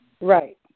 Right